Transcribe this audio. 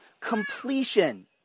completion